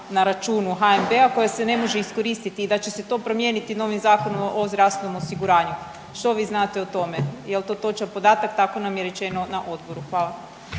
na računu HNB-a koja se ne može iskoristiti i da će se to promijeniti novim Zakonom o zdravstvenom osiguranju. Što vi znate o tome jel' to točan podatak? Tako nam je rečeno na odboru. Hvala.